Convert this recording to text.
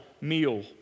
meal